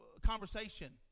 conversation